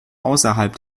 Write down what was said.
außerhalb